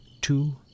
two